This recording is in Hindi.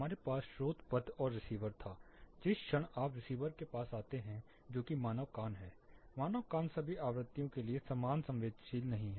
हमारे पास स्रोत पथ और रिसीवर था जिस क्षण आप रिसीवर के पास आते हैं जो कि मानव कान है मानव कान सभी आवृत्तियों के समान संवेदनशील नहीं है